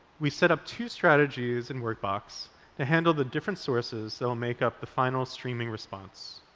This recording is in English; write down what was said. we set up two strategies in workbox to handle the different sources that will make up the final streaming response.